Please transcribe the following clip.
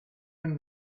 him